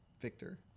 Victor